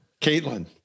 Caitlin